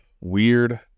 weird